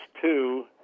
two